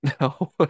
No